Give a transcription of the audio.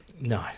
No